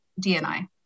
DNI